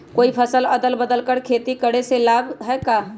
कोई फसल अदल बदल कर के खेती करे से लाभ है का?